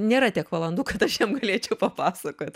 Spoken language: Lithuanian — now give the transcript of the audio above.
nėra tiek valandų kad aš jam galėčiau papasakot